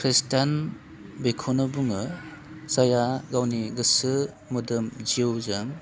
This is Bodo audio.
खृष्टान बेखौनो बुङो जायहा गावनि गोसो मोदोम जिउजों